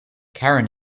karen